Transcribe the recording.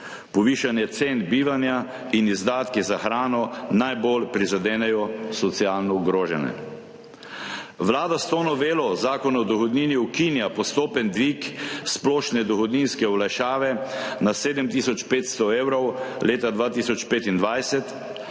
Povišanje cen bivanja in izdatki za hrano najbolj prizadenejo socialno ogrožene. Vlada s to novelo Zakona o dohodnini ukinja postopen dvig splošne dohodninske olajšave na 7 tisoč 500 evrov leta 2025.